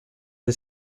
est